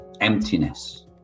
emptiness